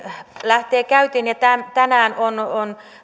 lähtee käyntiin ja tänään on on